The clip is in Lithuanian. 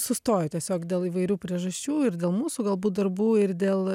sustojo tiesiog dėl įvairių priežasčių ir dėl mūsų galbūt darbų ir dėl